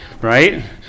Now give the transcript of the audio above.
Right